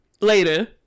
later